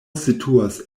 situas